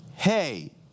Hey